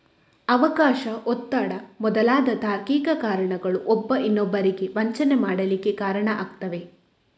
ಅವಕಾಶ, ಒತ್ತಡ ಮೊದಲಾದ ತಾರ್ಕಿಕ ಕಾರಣಗಳು ಒಬ್ಬ ಇನ್ನೊಬ್ಬರಿಗೆ ವಂಚನೆ ಮಾಡ್ಲಿಕ್ಕೆ ಕಾರಣ ಆಗ್ತವೆ